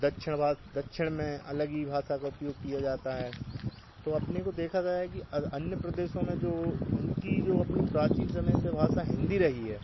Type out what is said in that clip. दक्षिण वासी दक्षिण में अलग ही भाषा का उपयोग किया जाता है तो अपने को देखा गया है कि अन्य प्रदेशों में जो उनकी जो अपनी प्राचीन समय से भाषा हिन्दी रही है